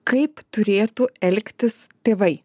kaip turėtų elgtis tėvai